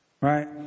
right